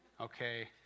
okay